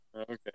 Okay